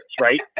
right